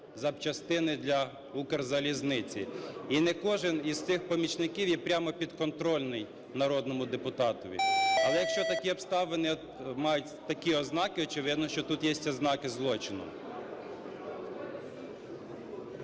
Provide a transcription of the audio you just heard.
запчастини для "Укрзалізниці". І не кожен із цих помічників є прямо підконтрольний народному депутатові. Але якщо такі обставини мають такі ознаки, очевидно, що тут є ознаки злочину.